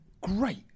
great